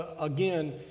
again